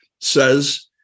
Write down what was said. says